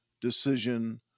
decision